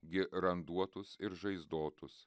gi randuotus ir žaizdotus